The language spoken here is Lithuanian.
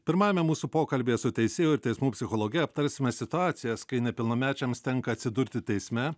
pirmajame mūsų pokalbyje su teisėju ir teismų psichologe aptarsime situacijas kai nepilnamečiams tenka atsidurti teisme